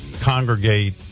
congregate